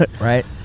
right